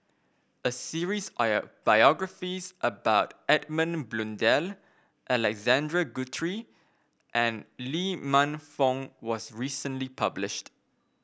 a series biographies about Edmund Blundell Alexander Guthrie and Lee Man Fong was recently published